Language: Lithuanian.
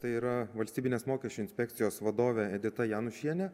tai yra valstybinės mokesčių inspekcijos vadovė edita janušienė